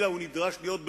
הוא יעשה אותם צעירים יותר?